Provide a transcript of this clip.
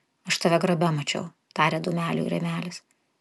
aš tave grabe mačiau tarė dūmeliui rėmelis